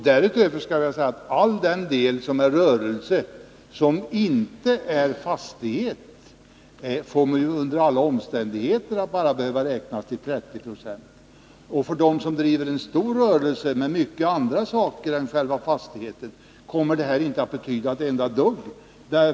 Dessutom, beträffande hela den del av rörelsen som inte är att hänföra till fastighet får man ju under alla omständigheter räkna med dessa 30 20. Och för dem som driver en stor rörelse med mycket annat än själva fastigheten kommer det här inte att betyda ett enda dugg.